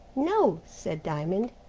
no, said diamond.